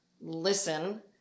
listen